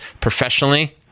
professionally